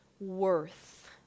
worth